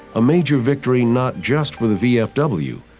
a major victory not just for the vfw,